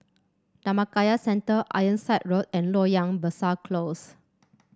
Dhammakaya Centre Ironside Road and Loyang Besar Close